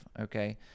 okay